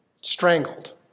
strangled